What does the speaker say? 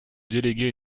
déléguer